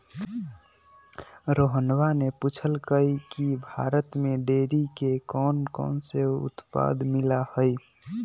रोहणवा ने पूछल कई की भारत में डेयरी के कौनकौन से उत्पाद मिला हई?